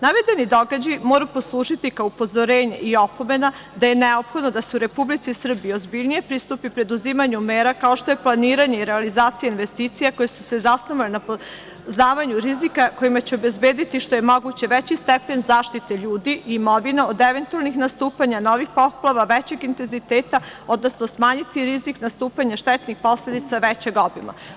Navedeni događaj mora poslužiti kao upozorenje i opomena da je neophodno da se u Republici Srbiji ozbiljnije pristupi preduzimanju mera kao što je planiranje i realizacija investicija koje su se zasnovale na poznavanju rizika kojima će obezbediti što je moguće veći stepen zaštite ljudi i imovine od eventualnih nastupanja novih poplava, većeg intenziteta, odnosno smanjiti rizik nastupanja štetnih posledica većeg obima.